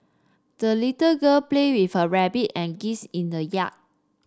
the little girl played with her rabbit and geese in the yard